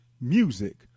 music